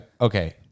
okay